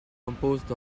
composed